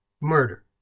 murder